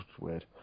weird